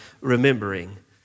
remembering